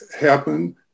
happen